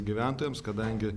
gyventojams kadangi